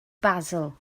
basil